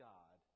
God